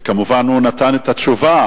וכמובן, הוא נתן את התשובה,